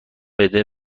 بده